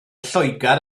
lloegr